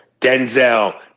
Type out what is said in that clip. Denzel